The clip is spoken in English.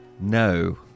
No